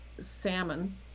salmon